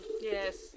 Yes